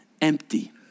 Empty